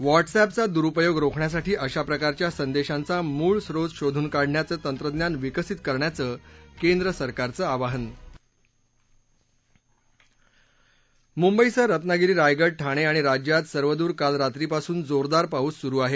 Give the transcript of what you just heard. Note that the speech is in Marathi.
व्हॉट्सअँपचा दुरुपयोग रोखण्यासाठी अशाप्रकारच्या संदेशाचा मूळ सोत शोधून काढण्याचं तंत्रज्ञान विकसित करण्याचं केंद्र सरकारचं आवाहन मुंबईसह रत्नागिरी रायगड ठाणे आणि राज्यात सर्वदूर काल रात्रीपासून जोरदार पाऊस सुरु आहे